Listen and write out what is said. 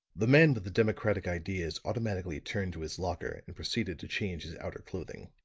the man with the democratic ideas automatically turned to his locker, and proceeded to change his outer clothing.